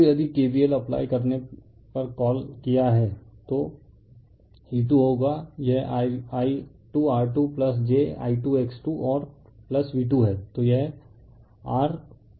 तो यदि K vl apply करने पर कॉल क्या है तो E2 होंगा यह I2R2 jI2X2 और V2 है